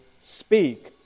speak